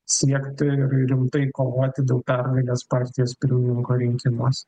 siekti rimtai kovoti dėl pergalės partijos pirmininko rinkimuos